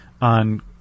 on